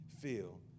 feel